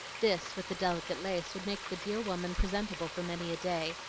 this, with the delicate lace, would make the dear woman presentable for many a day,